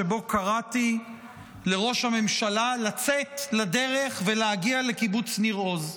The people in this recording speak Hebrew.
שבו קראתי לראש הממשלה לצאת לדרך ולהגיע לקיבוץ ניר עוז.